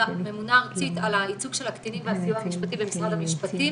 ממונה ארצית על הייצוג של הקטינים והסיוע המשפטי במשרד המשפטים,